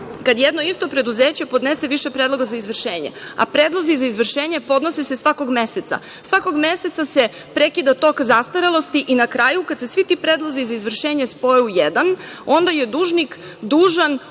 kad jedno isto preduzeće podnese više predloga za izvršenje, a predlozi za izvršenje podnose se svakog meseca? Svakog meseca se prekida tok zastarelosti i na kraju, kad se svi ti predlozi za izvršenje spoje u jedan, onda je dužnik dužan